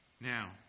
Now